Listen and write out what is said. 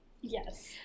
Yes